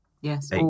Yes